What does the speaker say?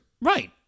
Right